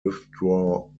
withdraw